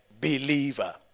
believer